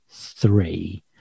Three